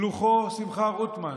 שלוחו שמחה רוטמן,